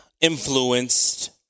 Influenced